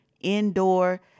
indoor